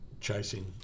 chasing